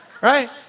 Right